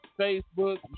Facebook